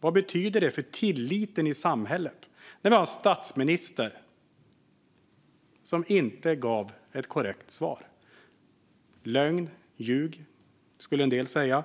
Vad betyder det för tilliten i samhället att vi har en statsminister som inte gav ett korrekt svar? Lögn och ljug, skulle en del säga.